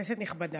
כנסת נכבדה,